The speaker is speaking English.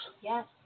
Yes